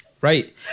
Right